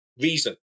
reason